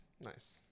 Nice